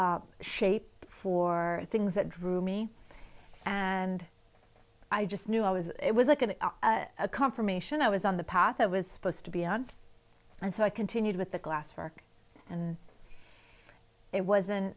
shape for things that drew me and i just knew i was it was akin to a confirmation i was on the path i was supposed to be and and so i continued with the glass work and it wasn't